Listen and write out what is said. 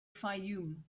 fayoum